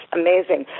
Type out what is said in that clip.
amazing